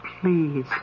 please